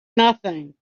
nothing